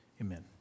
amen